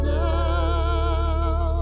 now